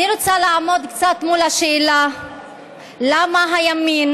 אני רוצה לעמוד קצת מול השאלה למה הימין,